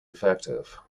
effective